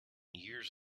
years